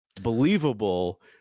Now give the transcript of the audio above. believable